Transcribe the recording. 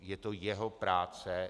Je to jeho práce.